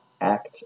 act